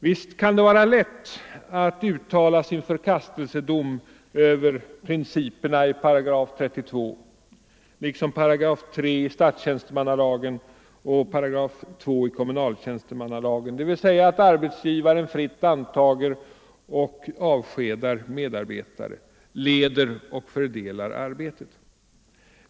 Visst kan det vara lätt att uttala sin förkastelsedom över principerna i § 32, liksom § 3 i statstjänstemannalagen och i § 2 i kommunaltjänstemannalagen; dvs. att arbetsgivaren fritt antager och avskedar medarbetare, leder och fördelar arbetet.